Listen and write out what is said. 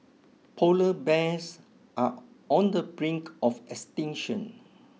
polar bears are on the brink of extinction